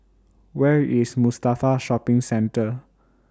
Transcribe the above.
Where IS Mustafa Shopping Centre